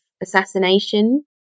assassination